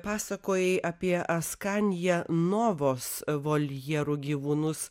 pasakojai apie askanja novos voljerų gyvūnus